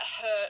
hurt